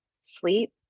sleep